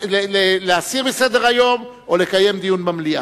להסיר מסדר-היום או לקיים דיון במליאה.